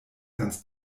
ganz